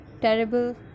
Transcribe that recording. terrible